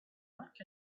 luck